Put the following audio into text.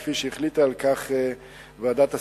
כפי שהחליטה על כך ועדת השרים.